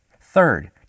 Third